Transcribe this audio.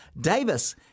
Davis